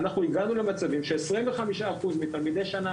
אנחנו הגענו למצבים ש-25% מתלמידי שנה